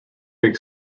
big